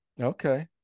Okay